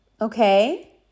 okay